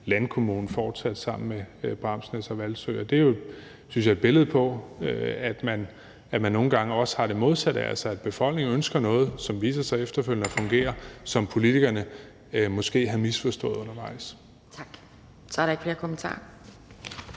landkommune sammen med Bramsnæs og Hvalsø. Og det synes jeg er et billede på, at man nogle gange også har det modsatte, altså at befolkningen ønsker noget, som efterfølgende viser sig at fungere, og som politikerne måske havde misforstået undervejs. Kl. 11:34 Anden næstformand